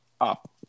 up